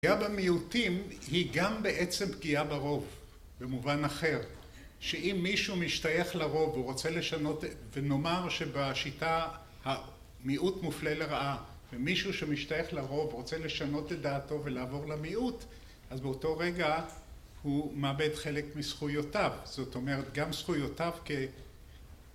פגיעה במיעוטים היא גם בעצם פגיעה ברוב, במובן אחר, שאם מישהו משתייך לרוב, ורוצה לשנות.. ונאמר שבשיטה בה המיעוט מופלה לרעה, ומישהו שמשתייך לרוב רוצה לשנות את דעתו ולעבור למיעוט אז באותו רגע הוא מאבד חלק מזכויותיו. זאת אומרת גם זכויותיו כ...